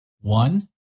One